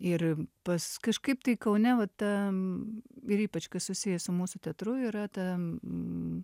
irm pas kažkaip tai kaune va tam ir ypač kas susiję su mūsų teatru yra tam m